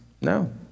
No